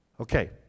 Okay